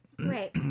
Right